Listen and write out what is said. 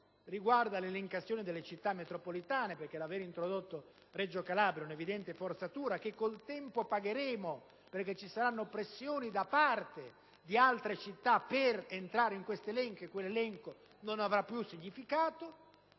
riguarda l'elencazione delle Città metropolitane: l'aver introdotto la città di Reggio Calabria è un'evidente forzatura che con il tempo pagheremo, perché ci saranno pressioni da parte di altre città per entrare in quell'elenco, che se sarà così non avrà più significato.